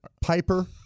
Piper